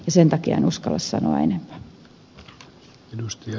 sen takia en uskalla sanoa enempää